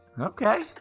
Okay